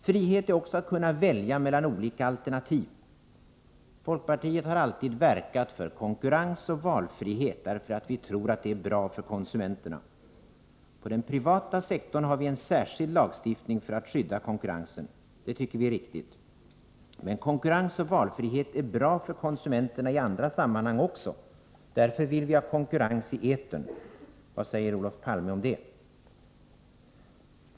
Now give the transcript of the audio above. Frihet är också att kunna välja mellan olika alternativ. Folkpartiet har alltid verkat för konkurrens och valfrihet därför att vi tror att det är bra för konsumenterna. På den privata sektorn har vi en särskild lagstiftning för att skydda konkurrensen. Det tycker vi är riktigt. Men konkurrens och valfrihet är bra för konsumenterna också i andra sammanhang. Därför vill vi ha konkurrens i etern. Vad säger Olof Palme om det?